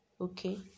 Okay